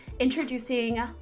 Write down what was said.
Introducing